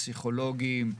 פסיכולוגים,